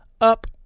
Up